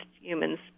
humans